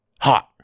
Hot